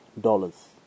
dollars